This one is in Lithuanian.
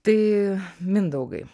tai mindaugai